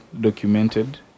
documented